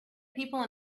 people